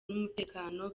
n’umutekano